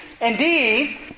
Indeed